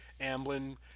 Amblin